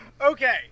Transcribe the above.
Okay